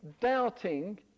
doubting